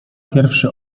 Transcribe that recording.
pierwszy